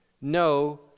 no